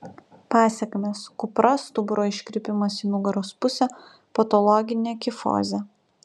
pasekmės kupra stuburo iškrypimas į nugaros pusę patologinė kifozė